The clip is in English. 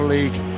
League